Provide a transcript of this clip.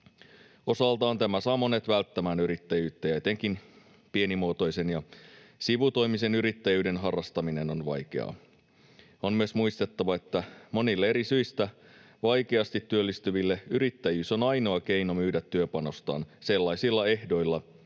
Osaltaan tämä saa monet välttämään yrittäjyyttä, ja etenkin pienimuotoisen ja sivutoimisen yrittäjyyden harrastaminen on vaikeaa. On myös muistettava, että monille eri syistä vaikeasti työllistyville yrittäjyys on ainoa keino myydä työpanostaan sellaisilla ehdoilla,